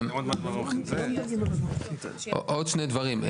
עוד שני דברים.